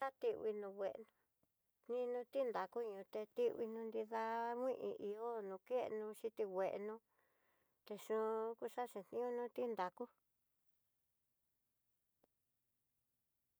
Tati nguino ngué ninó tinrá kuño te ti kuii nridá, kuño teé tikuii no nridá kui hi ihó, nokendó xhiti kueno xhu kuxa xhi ihó nó tí nrakú.